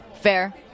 Fair